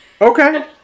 Okay